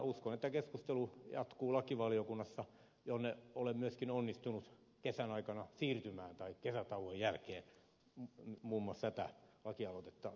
uskon että keskustelu jatkuu lakivaliokunnassa jonne olen myöskin onnistunut kesätauon jälkeen mutta mummo säätää lakia muutetaan